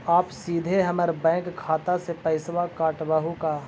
आप सीधे हमर बैंक खाता से पैसवा काटवहु का?